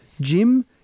Jim